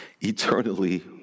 eternally